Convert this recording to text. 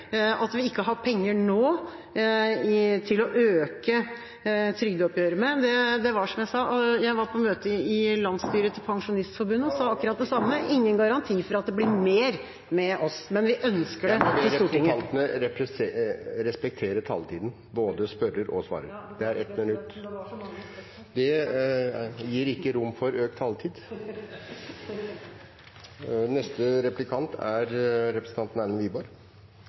At vi ikke har penger nå til å øke trygdeoppgjøret, det var som jeg sa: Jeg var på møte med landsstyret i Pensjonistforbundet og sa akkurat det samme. Da var tiden ute. Det er ingen garanti for at det blir mer med oss, men vi ønsker det til Stortinget. Jeg må be representantene respektere taletiden, både spørrer og svarer. Beklager, men det var så mange spørsmål. Det gir ikke rom for økt taletid.